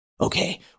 okay